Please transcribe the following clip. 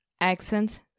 accent